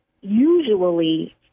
usually